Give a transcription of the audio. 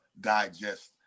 digest